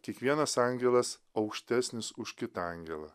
kikvienas angelas aukštesnis už kitą angelą